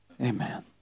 Amen